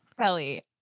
Kelly